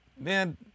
Man